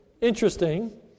interesting